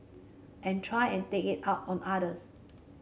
and try and take it out on others